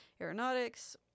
Aeronautics